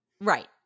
right